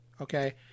okay